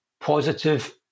positive